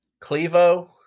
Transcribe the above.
Clevo